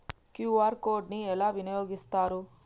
QR code ని ఎలా వినియోగిస్తారు?